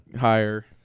higher